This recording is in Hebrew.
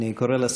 אני קורא לסדר.